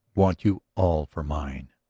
want you all for mine.